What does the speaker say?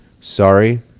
Sorry